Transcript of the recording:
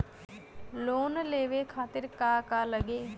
Loan लेवे खातीर का का लगी?